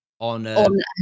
On